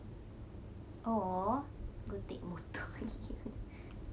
or go take motor